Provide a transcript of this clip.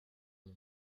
nom